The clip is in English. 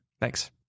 Thanks